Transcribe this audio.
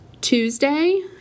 Tuesday